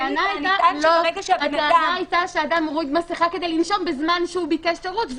הטענה היתה שאדם מוריד מסיכה כדי לנשום בזמן שביקש שירות,